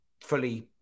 fully